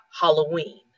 Halloween